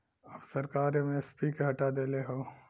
अब सरकार एम.एस.पी के हटा देले हौ